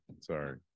Sorry